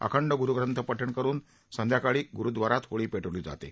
अखंड ग्रूग्रंथ पठण करून सायंकाळी ग्रूद्वारात होळी पेटवली जाते